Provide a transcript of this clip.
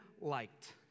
liked